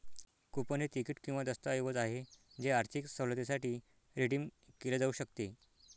coupon हे तिकीट किंवा दस्तऐवज आहे जे आर्थिक सवलतीसाठी रिडीम केले जाऊ शकते